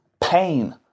Pain